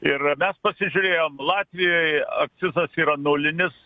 ir mes pasižiūrėjom latvijoj akcizas yra nulinis